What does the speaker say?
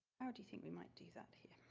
how do you think we might do that here?